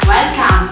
Welcome